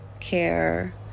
care